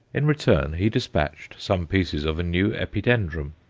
in return he despatched some pieces of a new epidendrum,